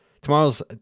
Tomorrow's